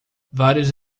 vários